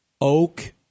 Oak